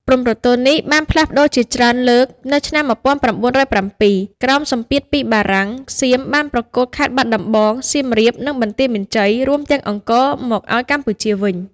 ព្រំប្រទល់នេះបានផ្លាស់ប្តូរជាច្រើនលើក នៅឆ្នាំ ១៩០៧ ក្រោមសម្ពាធពីបារាំង សៀមបានប្រគល់ខេត្តបាត់ដំបង សៀមរាប និងបន្ទាយមានជ័យ រួមទាំងអង្គរ មកឱ្យកម្ពុជាវិញ។